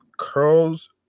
curls